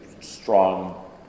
strong